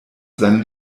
seinen